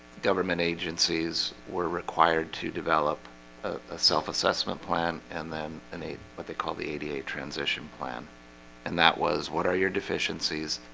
government agencies were required to develop a self-assessment plan and then an aide what they call the ad a a transition plan and that was what are your deficiencies?